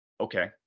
Okay